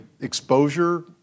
exposure